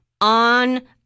on